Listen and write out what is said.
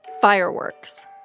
fireworks